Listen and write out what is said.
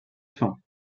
fin